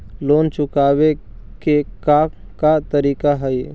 Loan चुकावे के का का तरीका हई?